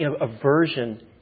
aversion